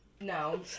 no